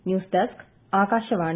news desk Akashvani